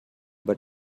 but